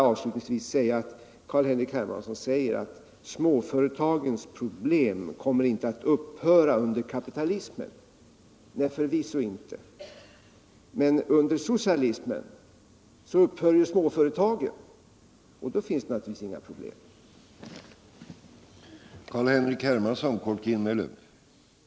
Carl-Henrik Hermansson säger att småföretagens problem inte kommer att upphöra under kapitalismen. Nej, förvisso inte. Men under socialismen upphör ju småföretagen att existera över huvud taget, och då finns det naturligtvis inga problem för sådana.